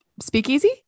Speakeasy